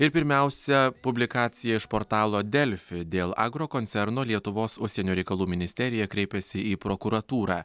ir pirmiausia publikacija iš portalo delfi dėl agrokoncerno lietuvos užsienio reikalų ministerija kreipėsi į prokuratūrą